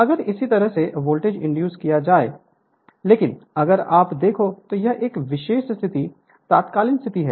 अगर इसी तरह से वोल्टेज इंड्यूस किया जाएगा लेकिन अगर आप देखो तो यह एक विशेष स्थिति तात्कालिक स्थिति है